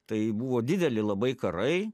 tai buvo dideli labai karai